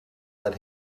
let